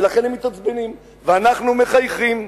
ולכן הם מתעצבנים ואנחנו מחייכים.